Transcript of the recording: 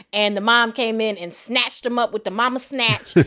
and the mom came in and snatched him up with the momma snatch.